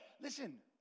listen